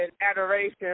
adoration